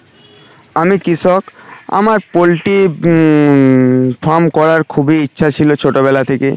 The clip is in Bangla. আমি কৃষক আমার পোলট্রি ফার্ম করার খুবই ইচ্ছা ছিলো ছোটোবেলা থেকে